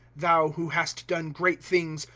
thou who hast done great things.